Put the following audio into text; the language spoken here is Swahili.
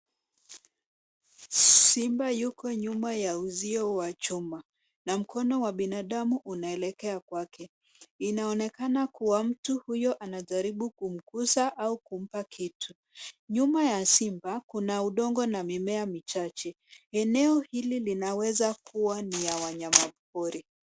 Simba yuko nyuma ya uzio wa chuma na mkono wa binadamu unaelekea kwake. Inaonekana kuwa mtu huyo anajaribu kumgusa au kumpa kitu. Nyuma ya simba kuna udongo na mimea michache. Eneo hili linaweza kuwa ni ya wanyama pori.